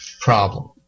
problem